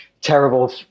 terrible